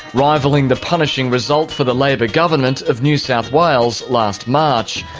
rivalling the punishing result for the labor government of new south wales last march.